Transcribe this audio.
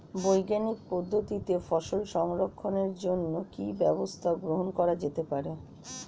বৈজ্ঞানিক পদ্ধতিতে ফসল সংরক্ষণের জন্য কি ব্যবস্থা গ্রহণ করা যেতে পারে?